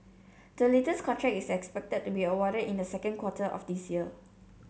the latest contract is expected to be awarded in the second quarter of this year